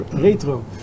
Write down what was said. Retro